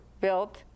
built